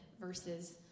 versus